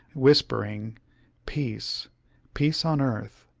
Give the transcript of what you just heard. whispering peace peace on earth,